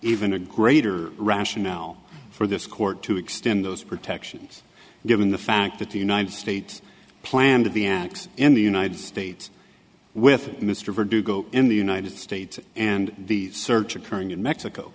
even a greater rationale for this court to extend those protections given the fact that the united states planned the acts in the united states with mr verdugo in the united states and the search occurring in mexico